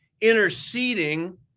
interceding